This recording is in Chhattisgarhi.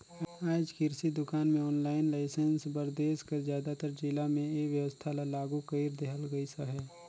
आएज किरसि दुकान के आनलाईन लाइसेंस बर देस कर जादातर जिला में ए बेवस्था ल लागू कइर देहल गइस अहे